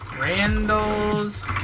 Randall's